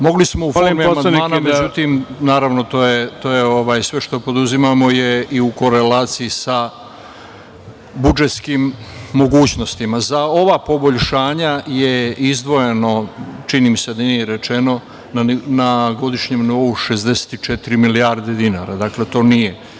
smo u formi amandmana, međutim to je sve što preduzimamo i u korelaciji je sa budžetskim mogućnostima. Dakle, za ova poboljšanja je izdvojeno, čini mi se da nije rečeno na godišnjem nivou 64 milijardi dinara, dakle, to nije